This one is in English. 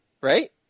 right